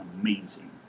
amazing